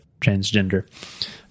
transgender